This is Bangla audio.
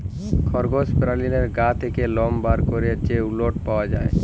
খরগস পেরানীর গা থ্যাকে লম বার ক্যরে যে উলট পাওয়া যায়